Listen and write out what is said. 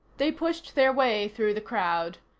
they pushed their way through the crowd.